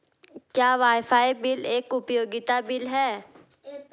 क्या wifi bill एक उपयोगिता बिल है?